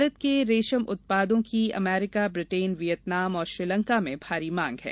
भारत के रेशम उत्पादों की अमरीका ब्रिटेन वियतनाम और श्रीलंका में भारी मांग है